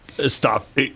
stop